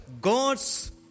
God's